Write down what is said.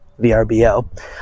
VRBO